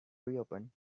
reopen